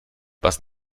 was